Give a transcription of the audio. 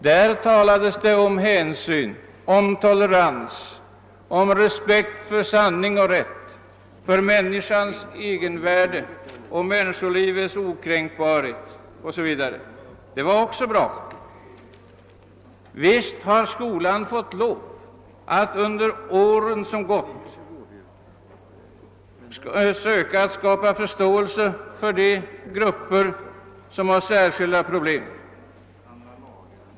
Där talades det just om hänsyn, om tolerans, om respekt för sanning och rätt, om respekt för människans egenvärde och människolivets okränkbarhet osv. Det var också bra. Visst har skolan fått lov att under åren som gått söka skapa förståelse för de grupper som har särskilda problem.